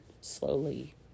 slowly